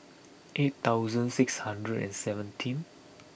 eight thousand six hundred and seventeen